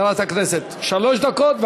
שלוש דקות,